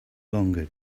longer